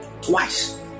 Twice